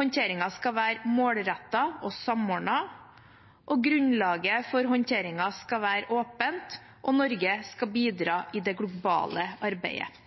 Håndteringen skal være målrettet og samordnet. Grunnlaget for håndteringen skal være åpent. Norge skal bidra i det globale arbeidet.